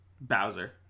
Bowser